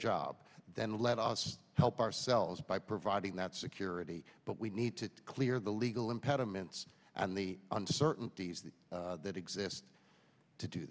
job then let us help ourselves by providing that security but we need to clear the legal impediments and the uncertainties that exist to do